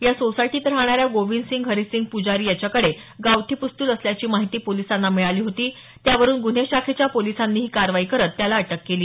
या सोसायटीत राहणाऱ्या गोविंदसिंघ हरिसिंघ प्जारी याच्याकडे गावठी पिस्तूल असल्याची माहिती पोलिसांना मिळाली होती त्यावरून गुन्हे शाखेच्या पोलिसांनी ही कारवाई करत त्याला अटक केली